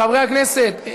חברי הכנסת,